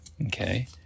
Okay